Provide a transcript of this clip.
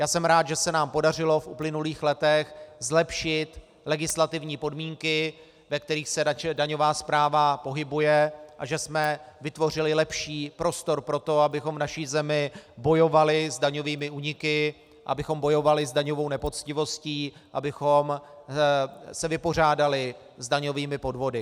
Jsem rád, že se nám podařilo v uplynulých letech zlepšit legislativní podmínky, ve kterých se daňová správa pohybuje, a že jsme vytvořili lepší prostor pro to, abychom v naší zemi bojovali s daňovými úniky, abychom bojovali s daňovou nepoctivostí, abychom se vypořádali s daňovými podvody.